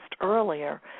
earlier